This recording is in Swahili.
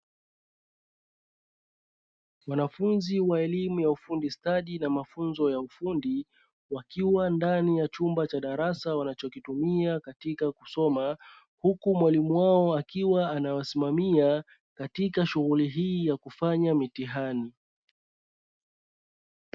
Wanafunzi wa elimu ya ufundi stadi na mafunzo ya ufundi wakiwa ndani ya chumba cha darasa wanachokitumia katika kusoma huku mwalimu wao akiwa anawasimamia katika shughuli hii ya kufanya mitihani.